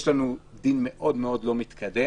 יש לנו דין מאוד מאוד לא מתקדם.